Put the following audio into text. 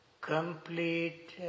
complete